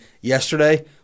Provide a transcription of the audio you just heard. Yesterday